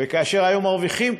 וכאשר היו מרוויחים כסף,